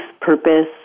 purpose